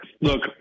Look